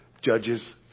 judges